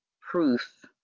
proof